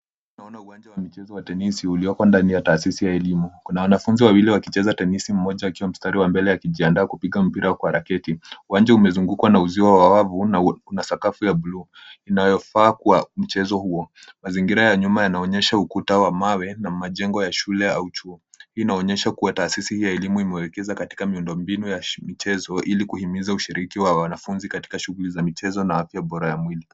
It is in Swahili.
Naona uwanja wa michezo wa tenisi ulioko ndani ya taasisi ya elimu. Kuna wanafunzi wawili wakicheza tenisi, mmoja akiwa mstari wa mbele akijiandaa kupiga mpira kwa raketi. Uwanja umezungukwa na uzio wa wavu na una sakafu ya blue , inayofaa kwa mchezo huo. Mazingira ya nyuma yanaonyesha ukuta wa mawe na majengo ya shule au chuo. Hii inaonyesha kuwa taasisi hii ya elimu imewekeza katika miundombinu ya michezo ili kuhimiza ushiriki wa wanafunzi katika shughuli za michezo na afya bora ya mwili.